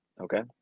Okay